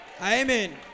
Amen